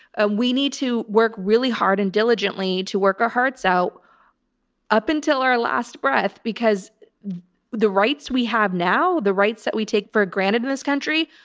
and we need to work really hard and diligently to work our hearts out up until our last breath, because the rights we have now, the rights that we take for granted in this country,